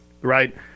Right